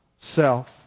self